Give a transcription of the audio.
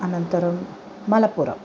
अनन्तरं मलपुरम्